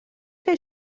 fer